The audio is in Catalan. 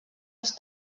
als